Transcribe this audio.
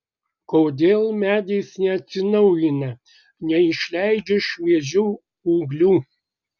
kodėl medis neatsinaujina neišleidžia šviežių ūglių